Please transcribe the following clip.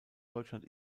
deutschland